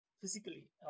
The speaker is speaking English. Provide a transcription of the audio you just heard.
physically